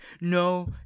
no